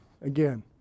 again